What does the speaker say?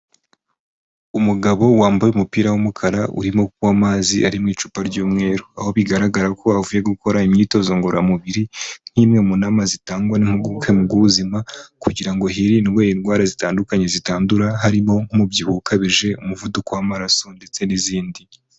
Umugabo wambaye umupira w'umukara urimo kunywa amazi ari mu icupa ry'umweru. Aho bigaragara ko avuye gukora imyitozo ngororamubiri nk'imwe mu nama zitangwa n'impuguke bw'ubuzima, kugira ngo hirindwe indwara zitandukanye zitandura, harimo nk'umubyibuho ukabije, umuvuduko w'amaraso ndetse n'izindi.